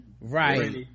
right